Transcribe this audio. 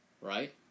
right